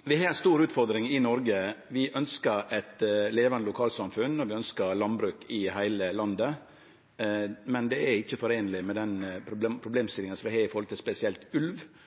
Vi har ei stor utfordring i Noreg. Vi ønskjer eit levande lokalsamfunn og landbruk i heile landet, men det er ikkje foreineleg med den problemstillinga vi har spesielt når det kjem til ulv